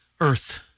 earth